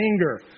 anger